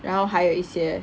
然后还有一些